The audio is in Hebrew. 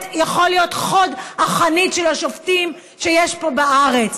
יכול להיות חוד החנית של השופטים שיש פה בארץ.